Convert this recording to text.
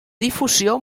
difusió